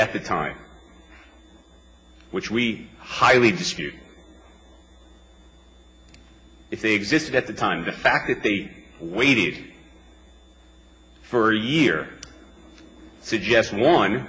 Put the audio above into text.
at the time which we highly disputed if they existed at the time the fact that they waited for year suggest one